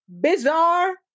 bizarre